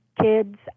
kids